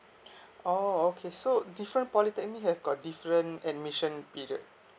oh okay so different polytechnic have got different admission period